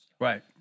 Right